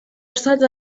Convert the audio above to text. صدای